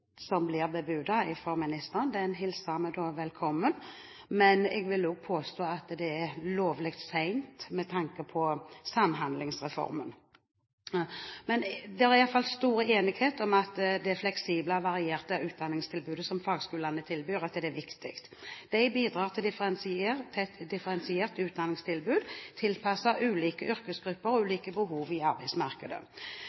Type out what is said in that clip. som er bebudet fra ministeren, hilser vi velkommen. Men jeg vil også påstå at det er lovlig sent med tanke på Samhandlingsreformen. Det er iallfall stor enighet om at det fleksible og varierte utdanningstilbudet som fagskolene tilbyr, er viktig. De bidrar til et differensiert utdanningstilbud, tilpasset ulike yrkesgrupper og